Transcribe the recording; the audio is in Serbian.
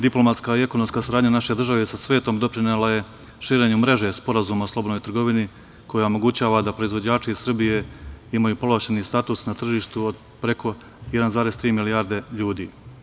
Diplomatska i ekonomska saradnja naše države sa svetom doprinela je širenju mreže sporazuma o slobodnoj trgovini koja omogućava da proizvođači Srbije imaju povlašećni status na tržištu od preko 1,3 milijarde ljudi.